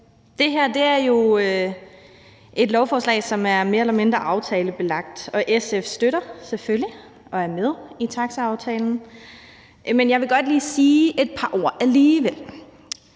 Det her er jo et lovforslag om et område, som er mere eller mindre aftalebelagt, og SF støtter det selvfølgelig og er med i taxaaftalen. Men jeg vil godt lige sige et par ord alligevel.